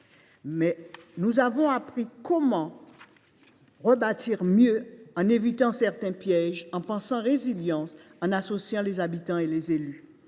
Martin, nous avons appris comment rebâtir mieux, en évitant certains pièges, en pensant de façon résiliente, en associant les habitants et les élus.